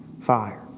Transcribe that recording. fire